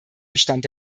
bestand